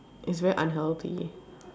is very unhealthy